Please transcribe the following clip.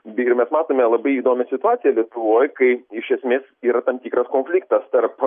beje mes matome labai įdomią situaciją lietuvoj kai iš esmės yra tam tikras konfliktas tarp